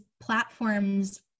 platforms